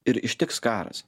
ir ištiks karas